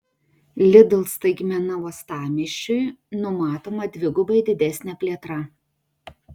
lidl staigmena uostamiesčiui numatoma dvigubai didesnė plėtra